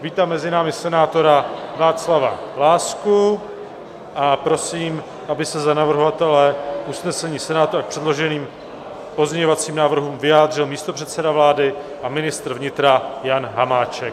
Vítám mezi námi senátora Václava Lásku a prosím, aby se za navrhovatele k usnesení Senátu a k předloženým pozměňovacím návrhům vyjádřil místopředseda vlády a ministr vnitra Jan Hamáček.